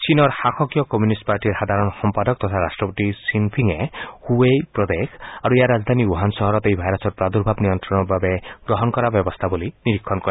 চীনৰ শাসকীয় কমিউনিষ্ট পাৰ্টীৰ সাধাৰণ সম্পাদক তথা ৰাট্টপতি ছিনফিঙ হুৱেই প্ৰদেশ আৰু ইয়াৰ ৰাজধানী বুহান চহৰত এই ভাইৰাছৰ পাদুৰ্ভাৱ নিয়ন্ত্ৰণৰ বাবে গ্ৰহণ কৰা ব্যৱস্থাৱলী নিৰীক্ষণ কৰে